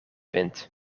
wint